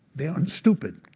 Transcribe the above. they aren't stupid.